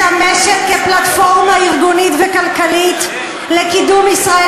משמש כפלטפורמה ארגונית וכלכלית לקידום ישראל